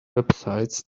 websites